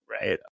right